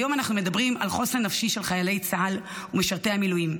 היום אנחנו מדברים על חוסן נפשי של חיילי צה"ל ומשרתי המילואים,